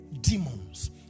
demons